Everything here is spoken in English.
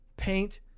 Paint